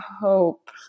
hope